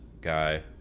guy